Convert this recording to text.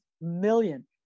million